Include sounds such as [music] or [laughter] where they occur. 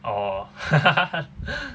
orh [laughs]